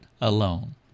alone